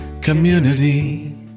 Community